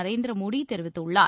நரேந்திர மோடி தெரிவித்துள்ளார்